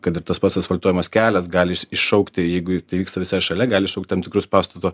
kad ir tas pats asfaltuojamas kelias gali iššaukti jeigu tai vyksta visai šalia gali iššaukt tam tikrus pastato